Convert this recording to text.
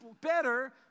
better